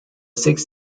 six